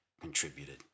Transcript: contributed